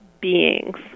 beings